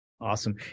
Awesome